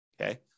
okay